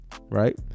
right